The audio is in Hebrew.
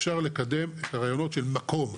אפשר לקדם את הרעיונות של מקום,